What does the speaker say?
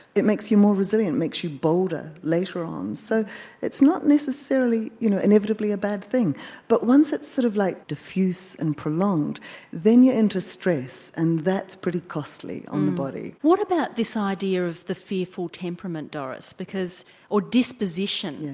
it makes you more resilient, makes you bolder later on. so it's not necessarily you know inevitably a bad thing but once it sort of like diffuse and prolonged then you enter stress, and that's pretty costly on the body. what about this idea of the fearful temperament, doris, or disposition.